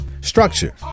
structure